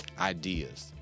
ideas